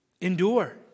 Endure